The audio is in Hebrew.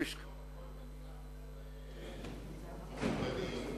מכובדי,